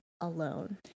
alone